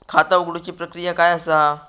खाता उघडुची प्रक्रिया काय असा?